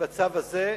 בצו הזה,